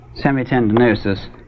semitendinosus